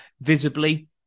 visibly